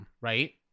right